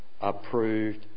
approved